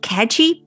Catchy